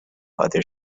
other